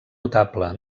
notable